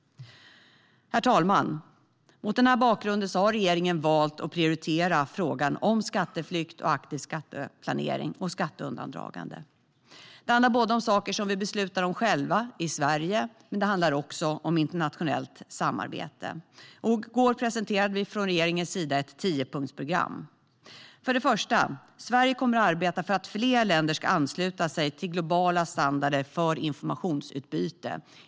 Herr talman! Mot den här bakgrunden har regeringen valt att prioritera frågan om skatteflykt och aktiv skatteplanering och skatteundandragande. Det handlar både om saker som vi beslutar om själva i Sverige och om internationellt samarbete. I går presenterade vi från regeringens sida ett tiopunktsprogram. För det första kommer Sverige att arbeta för att fler länder ska ansluta sig till globala standarder för informationsutbyte.